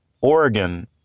Oregon